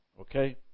Okay